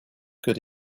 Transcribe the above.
good